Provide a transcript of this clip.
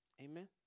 Amen